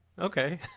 Okay